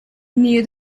near